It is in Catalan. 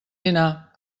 dinar